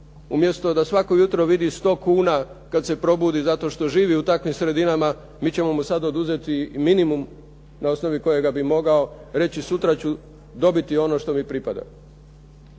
umjesto da svako jutro vidi 100 kuna zato što živi u takvim sredinama, mi ćemo mu sada oduzeti i minimum na osnovi kojega bi mogao reći, sutra ću dobiti ono što mi pripada.